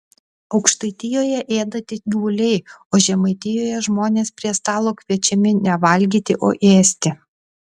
aukštaitijoje ėda tik gyvuliai o žemaitijoje žmonės prie stalo kviečiami ne valgyti o ėsti